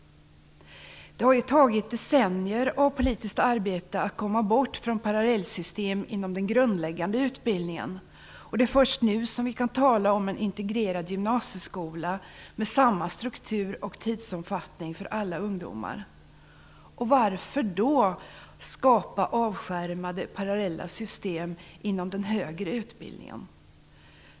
Det har tagit decennier av politiskt arbete att komma bort från parallellsystem inom den grundläggande utbildningen. Det är först nu som vi kan tala om en integrerad gymnasieskola med samma struktur och tidsomfattning för alla ungdomar. Varför då skapa avskärmade parallella system inom den högre utbildningen?